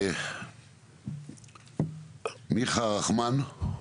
מיכה רחמן.